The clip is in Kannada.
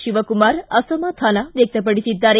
ಶಿವಕುಮಾರ್ ಅಸಮಾಧಾನ ವ್ಯಕ್ತಪಡಿಸಿದ್ದಾರೆ